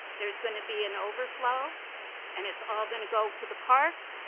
there's gonna be an overflow and it's all gonna go to the park,